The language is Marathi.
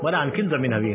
मला आणखीन जमीन हवीय